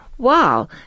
Wow